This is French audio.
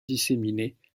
disséminés